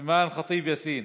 אימאן ח'טיב יאסין,